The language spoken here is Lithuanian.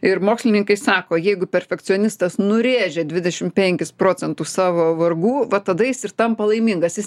ir mokslininkai sako jeigu perfekcionistas nurėžia dvidešim penkis procentus savo vargų va tada jis ir tampa laimingas jis